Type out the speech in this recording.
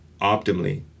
optimally